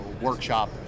workshop